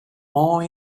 more